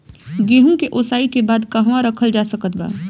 गेहूँ के ओसाई के बाद कहवा रखल जा सकत बा?